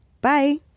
Bye